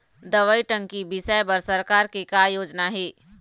दवई टंकी बिसाए बर सरकार के का योजना हे?